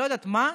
לא יודעת מה,